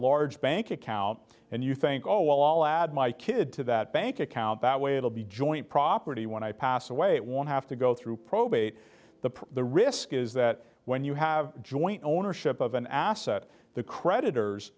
large bank account and you think oh well i'll add my kid to that bank account that way it'll be joint property when i pass away it won't have to go through probate the the risk is that when you have joint ownership of an asset the creditors